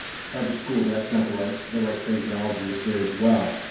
cyberschool, but that's not the right. the right phraseology is there as well,